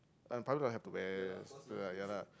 public I have to wear shoe lah ya lah